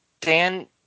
Dan